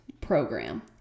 program